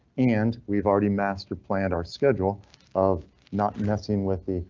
and we've already master planned our schedule of not messing with the